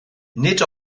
nid